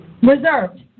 Reserved